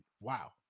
Wow